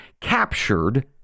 captured